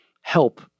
help